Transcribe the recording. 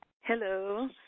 Hello